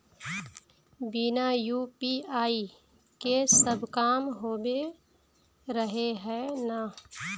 बिना यु.पी.आई के सब काम होबे रहे है ना?